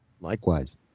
Likewise